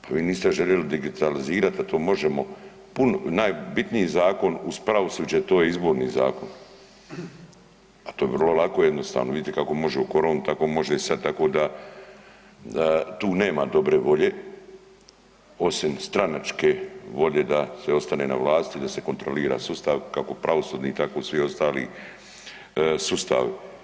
Pa vi niste željeli digitalizirati, a to možemo najbitniji zakon uz pravosuđe to je izborni zakon, a to bi vrlo lako jednostavno, vidite kako može u koronu tako može i sad tako da tu nema dobre volje osim stranačke volje da se ostane na vlasti da se kontrolira sustav kako pravosudni tako svi ostali sustavi.